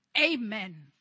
Amen